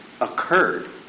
occurred